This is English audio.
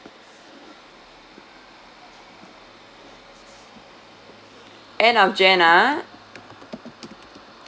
end of jan uh